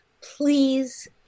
please